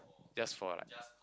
just for like